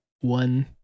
one